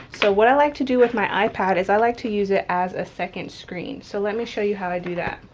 so what i like to do with my ipad is i like to use it as a second screen. so let me show you how i do that.